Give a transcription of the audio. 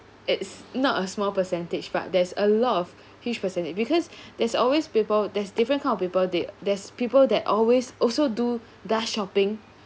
it's not a small percentage but there's a lot of rich person because there's always people there's different kind of people they there's people that always also do does shopping